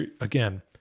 again